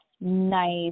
nice